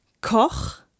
Koch